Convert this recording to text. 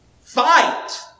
fight